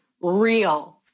real